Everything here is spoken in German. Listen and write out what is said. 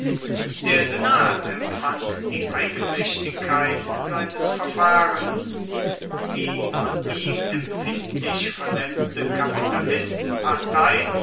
der senat empfand die eigenmächtigkeit seines verfahrens die von ihm empfindlich verletzte